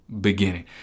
beginning